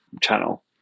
channel